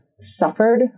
suffered